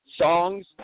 songs